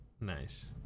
nice